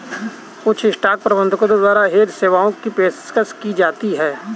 कुछ स्टॉक प्रबंधकों द्वारा हेज सेवाओं की पेशकश की जाती हैं